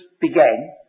began